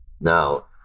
Now